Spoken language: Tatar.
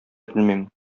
белмим